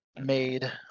made